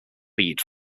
lead